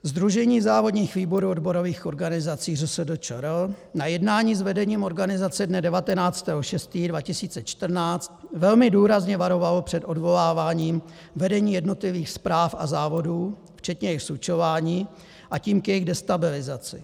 Sdružení závodních výborů odborových organizací ŘSD ČR na jednání s vedením organizace dne 19. 6. 2014 velmi důrazně varovalo před odvoláváním vedení jednotlivých správ a závodů, včetně jejich slučování, a tím jejich destabilizaci.